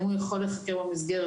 האם הוא צריך להיחקר במסגרת